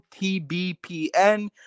TBPN